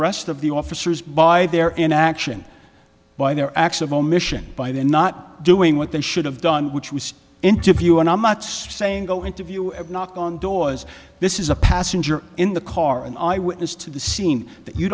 rest of the officers by their inaction by their acts of omission by their not doing what they should have done which was interview and i'm not saying go interview and knock on doors this is a passenger in the car an eyewitness to the scene